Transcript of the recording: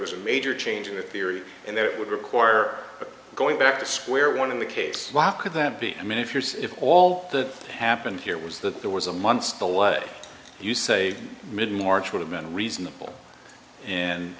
was a major change in the theory and then it would require going back to square one in the case could that be i mean if yours if all the happened here was that there was a months the way you say mid march would have been reasonable and